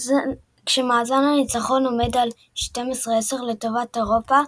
כשמאזן הניצחונות עומד על 12 - 10 לטובת אירופה.